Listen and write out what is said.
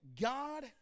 God